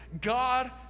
God